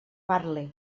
parle